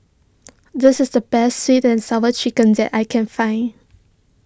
this is the best Sweet and Sour Chicken that I can find